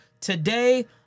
today